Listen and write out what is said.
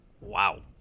Wow